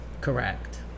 Correct